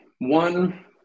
One